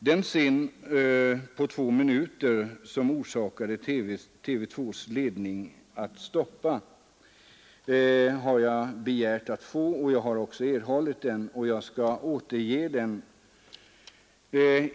Den scen på två minuter som orsakade TV 2-ledningen att stoppa pjäsen har jag begärt att få. Jag har också erhållit den och skall nu återge den.